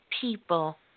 people